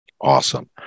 Awesome